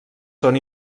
són